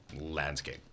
Landscape